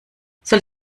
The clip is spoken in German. soll